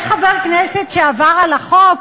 יש חבר כנסת שעבר על החוק?